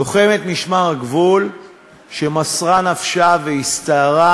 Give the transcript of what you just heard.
לוחמת משמר הגבול שמסרה נפשה והסתערה